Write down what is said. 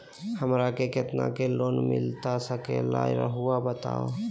हमरा के कितना के लोन मिलता सके ला रायुआ बताहो?